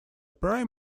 prime